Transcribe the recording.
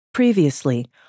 previously